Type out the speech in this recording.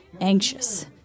anxious